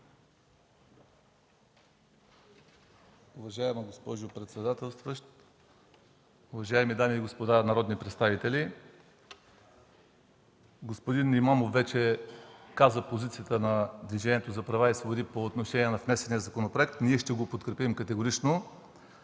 Уважаема госпожо председателстващ, уважаеми дами и господа народни представители! Господин Имамов вече каза позицията на Движението за права и свободи по отношение на внесения законопроект – ние категорично